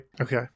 Okay